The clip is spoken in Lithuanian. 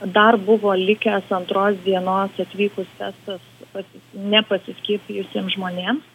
dar buvo likęs antros dienos atvykus testas nepasiskiepijusiem žmonėm